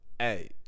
Hey